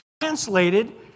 translated